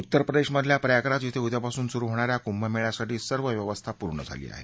उत्तरप्रदेशमधल्या प्रयागराज ॐ उद्यापासून सुरु होणा या कुंभमेळ्यासाठी सर्व व्यवस्था पूर्ण झाली आहे